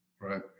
Right